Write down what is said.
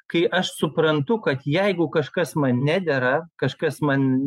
kai aš suprantu kad jeigu kažkas man nedera kažkas man